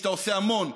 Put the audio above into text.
שאתה עושה המון,